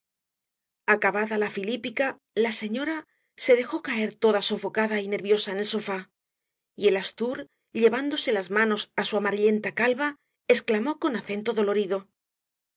acabada la filípica la señora se dejó caer toda sofocada y nerviosa en el sofá y el astur llevándose ambas manos á su amarillenta calva exclamó con acento dolorido